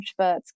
introverts